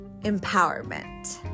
empowerment